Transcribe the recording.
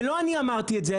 ולא אני אמרתי את זה,